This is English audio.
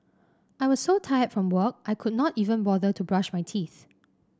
I was so tired from work I could not even bother to brush my teeth